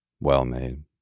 well-made